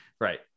right